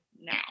now